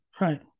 Right